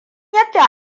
yadda